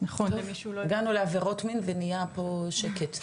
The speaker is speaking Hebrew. למי שהוא לא --- הגענו לעבירות מין ונהיה פה שקט.